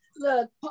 Look